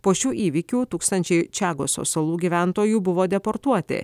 po šių įvykių tūkstančiai čiagosos salų gyventojų buvo deportuoti